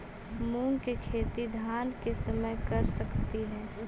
मुंग के खेती धान के समय कर सकती हे?